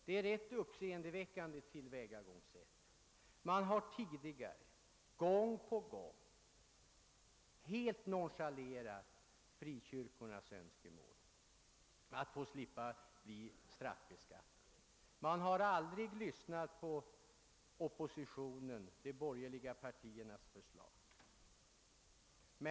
Det är ett rätt uppseendeväckande tillvägagångssätt. Man har tidigare gång på gång helt nonchalerat frikyrkornas önskemål att slippa bli straffbeskattade, och man har aldrig lyssnat på oppositionen, aldrig tagit hänsyn till de borgerliga partiernas förslag.